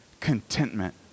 contentment